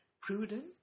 prudent